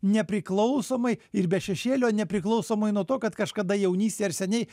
nepriklausomai ir be šešėlio nepriklausomai nuo to kad kažkada jaunystėj ar seniai